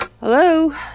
Hello